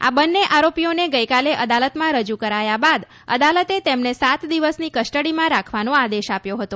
આ બંને આરોપીઓને ગઈકાલે અદાલતમાં રજુ કરાયા બાદ અદાલતે તેમને સાત દિવસની કસ્ટડીમાં રાખવાનો આદેશ આપ્યો હતો